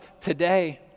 today